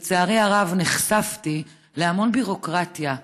לצערי הרב נחשפתי להמון ביורוקרטיה,